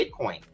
Bitcoin